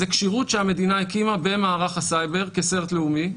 זה כשירות שהמדינה הקימה במערך הסייבר כ-Cert לאומי,